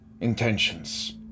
intentions